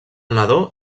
nadó